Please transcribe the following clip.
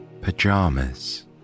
pajamas